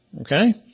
Okay